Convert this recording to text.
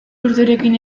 urterekin